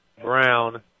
Brown